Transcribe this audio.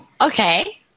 okay